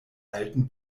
alten